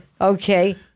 Okay